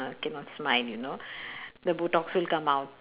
cannot smile you know the botox will come out